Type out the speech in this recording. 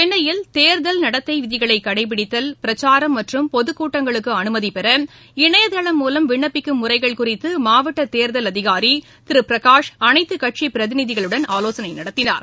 சென்னையில் தேர்தல் நடத்தை விதிகளை கடைபிடித்தல் பிரச்சாரம் மற்றும் பொதுக்கூட்டங்களுக்கு அனுமதி பெற இணையதளம் மூலம் விண்ணப்பிக்கும் முறைகள் குறித்து மாவட்ட தேர்தல் அதிகாரி திரு பிரகாஷ் அனைத்துக் கட்சி பிரதிகளுடன் ஆவோசனை நடத்தினார்